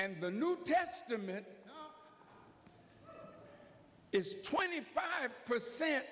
and the new testament is twenty five percent